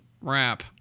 wrap